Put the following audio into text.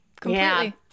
Completely